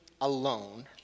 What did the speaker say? alone